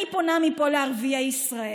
אני פונה מפה לערביי ישראל.